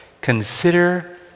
Consider